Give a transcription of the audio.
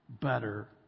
better